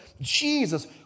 Jesus